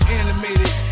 animated